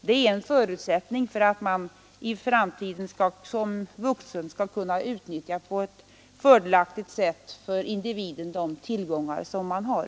Detta är en förutsättning för att man i framtiden som vuxen på ett fördelaktigt sätt skall kunna utnyttja de tillgångar som man har.